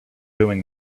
doing